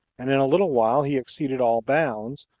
and in a little while he exceeded all bounds,